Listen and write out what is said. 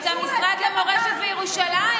את המשרד למורשת וירושלים,